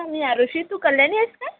मी आरुषी तू कल्यानी आहेस का